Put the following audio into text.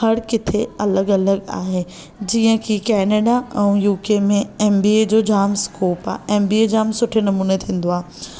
हर किथे अलॻि अलॻि आहे जीअं की केनेडा अऊं यू के में एम बी ए जो जामु स्कोप आहे एम बी ए जामु सुठे नमूने थीन्दो आहे